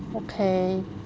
okay